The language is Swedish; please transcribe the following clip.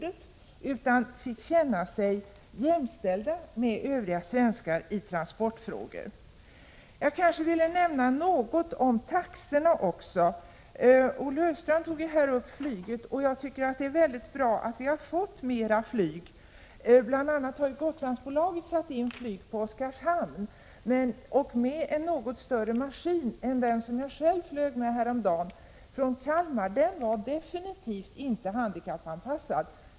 Det är viktigt att de känner sig jämställda med övriga svenskar i transportfrågor. Jag vill också säga något om taxorna. Olle Östrand tog här upp flyget. Jag tycker att det är bra att vi har fått mera flyg. Bl. a. har Gotlandsbolaget satt in flyg på Oskarshamn, och då med en något större maskin än den som jag själv flög med härom dagen från Kalmar — den var definitivt inte handikappanpassad.